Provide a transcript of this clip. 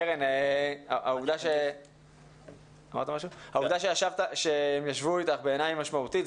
קרן, העובדה שהם ישבו איתך בעיניי היא משמעותית.